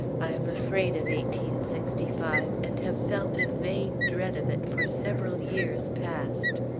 i am afraid of eighteen sixty-five, and have felt a vague dread of it for several years past.